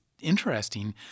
interesting